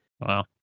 Wow